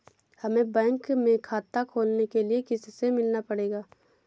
हमे बैंक में खाता खोलने के लिए किससे मिलना पड़ेगा?